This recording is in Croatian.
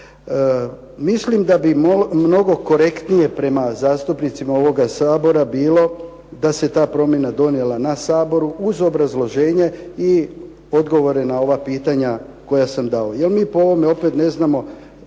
Mislim da bi mnogo korektnije prema zastupnicima ovoga Sabora bilo da se ta promjena donijela na Saboru uz obrazloženje i odgovore na ova pitanja koja sam dao jer mi po ovome opet ne znamo